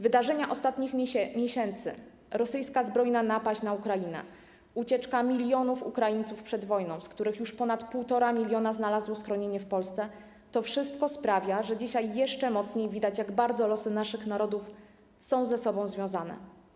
Wydarzenia ostatnich miesięcy, rosyjska zbrojna napaść na Ukrainę, ucieczka milionów Ukraińców przed wojną, z których już ponad 1,5 mln znalazło schronienie w Polsce, to wszystko sprawia, że dzisiaj jeszcze mocniej widać, jak bardzo losy naszych narodów są ze sobą związane.